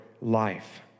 life